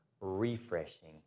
refreshing